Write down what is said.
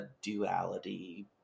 duality